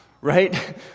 Right